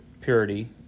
purity